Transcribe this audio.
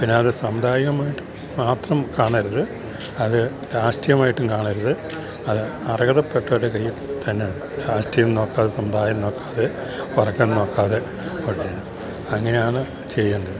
പിന്നെ അതു സമുദായകമായിട്ടു മാത്രം കാണരുത് അതു രാഷ്ട്രീയമായിട്ടും കാണരുത് അത് അർഹതപ്പെട്ടരുടെ കയ്യിൽ തന്നെ രാഷ്ട്രീയം നോക്കാതെ സമുദായം നോക്കാതെ വര്ഗം നോക്കാതെ അങ്ങനെയാണു ചെയ്യേണ്ടത്